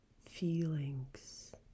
Feelings